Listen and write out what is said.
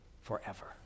forever